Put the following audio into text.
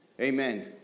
Amen